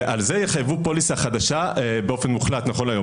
ועל זה יחייבו פוליסה חדשה באופן מוחלט נכון להיום.